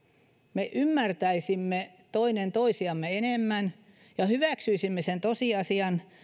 me ymmärtäisimme toinen toisiamme enemmän ja hyväksyisimme sen tosiasian